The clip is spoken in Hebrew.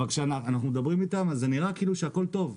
אבל כשאנחנו מדברים איתם זה נראה כאילו שהכול טוב.